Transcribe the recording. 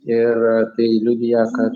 ir tai liudija kad